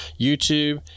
youtube